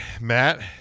Matt